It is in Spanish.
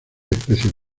especies